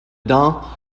dans